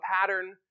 pattern